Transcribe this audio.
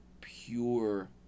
pure